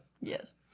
Yes